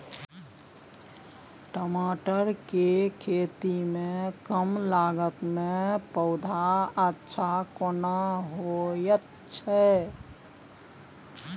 टमाटर के खेती में कम लागत में पौधा अच्छा केना होयत छै?